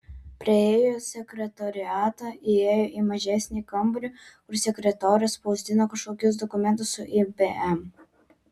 praėjo sekretoriatą įėjo į mažesnį kambarį kur sekretorė spausdino kažkokius dokumentus su ibm